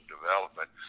development